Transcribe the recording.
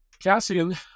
Cassian